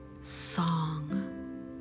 song